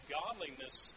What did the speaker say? godliness